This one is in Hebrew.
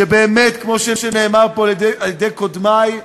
שבאמת, כמו שאמרו פה קודמי,